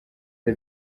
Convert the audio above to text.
the